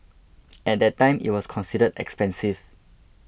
at that time it was considered expensive